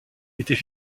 était